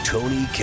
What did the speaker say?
Tony